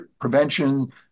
prevention